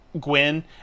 Gwen